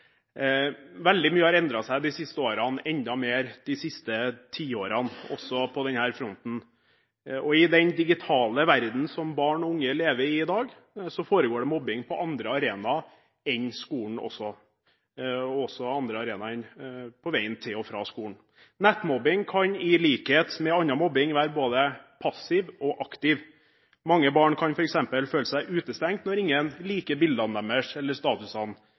Veldig mye har endret seg de siste årene, enda mer de siste tiårene også på denne fronten. I den digitale verdenen som barn og unge lever i i dag, foregår det mobbing på andre arenaer enn på skolen og også på andre arenaer enn på veien til og fra skolen. Nettmobbing kan i likhet med annen mobbing være både passiv og aktiv. Mange barn kan f.eks. føle seg utestengt når ingen liker bildene deres eller statusen